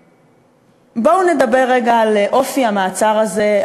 בואו נדבר רגע על אופי המעצר הזה,